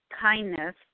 kindness